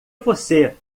você